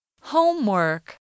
Homework